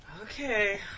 Okay